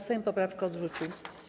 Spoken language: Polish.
Sejm poprawkę odrzucił.